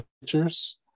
Pictures